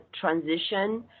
transition